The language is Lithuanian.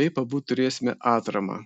taip abu turėsime atramą